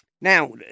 now